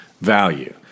value